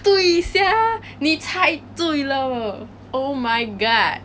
对 sia 你猜对了 oh my god